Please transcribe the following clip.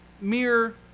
mere